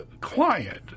client